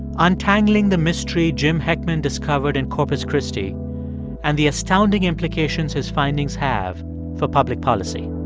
untangling the mystery jim heckman discovered in corpus christi and the astounding implications his findings have for public policy